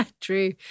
True